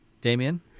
Damien